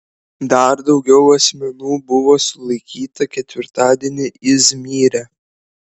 dar daugiau asmenų buvo sulaikyta ketvirtadienį izmyre